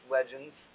Legends